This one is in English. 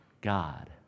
God